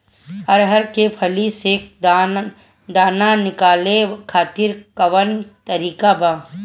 अरहर के फली से दाना निकाले खातिर कवन तकनीक बा का?